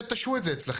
אל תשהו את זה אצלכם.